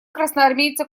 красноармейца